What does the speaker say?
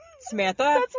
Samantha